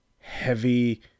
heavy